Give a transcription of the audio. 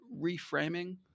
reframing